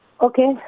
okay